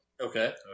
Okay